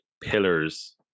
pillars